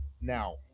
now